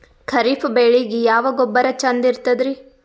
ಖರೀಪ್ ಬೇಳಿಗೆ ಯಾವ ಗೊಬ್ಬರ ಚಂದ್ ಇರತದ್ರಿ?